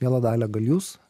miela dalia gal jūs